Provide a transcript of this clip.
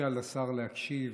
מפריעים לשר להקשיב.